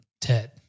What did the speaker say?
Ted